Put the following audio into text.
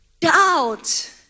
doubt